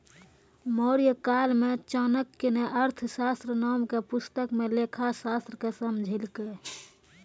मौर्यकाल मे चाणक्य ने अर्थशास्त्र नाम के पुस्तक मे लेखाशास्त्र के समझैलकै